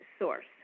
source